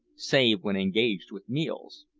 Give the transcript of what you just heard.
save when engaged with meals.